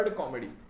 comedy